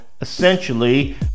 essentially